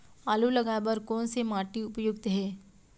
आलू लगाय बर कोन से माटी उपयुक्त हे?